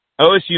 OSU